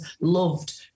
loved